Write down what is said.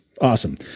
Awesome